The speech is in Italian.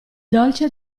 dolce